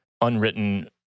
unwritten